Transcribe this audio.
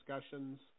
Discussions